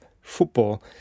football